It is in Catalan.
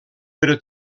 però